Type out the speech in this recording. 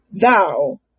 thou